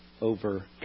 Over